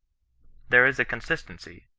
there is a consistency,